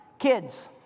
Kids